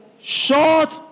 Short